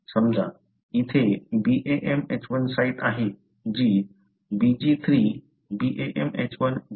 समजा इथे BamHI site आहे जी BglII BamHI 0